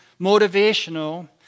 motivational